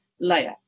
layer